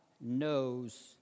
knows